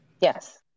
Yes